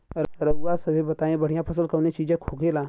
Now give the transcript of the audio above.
रउआ सभे बताई बढ़ियां फसल कवने चीज़क होखेला?